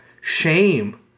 shame